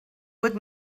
would